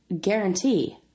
guarantee